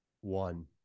One